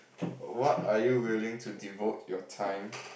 what are you willing to devote your time